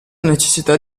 necessità